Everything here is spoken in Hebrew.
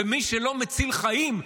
ומי שלא מציל חיים,